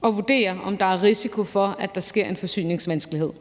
og vurdere, om der er risiko for, at der bliver forsyningsvanskeligheder.